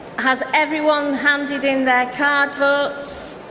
has everyone handed in their card votes?